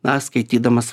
na skaitydamas